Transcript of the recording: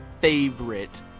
favorite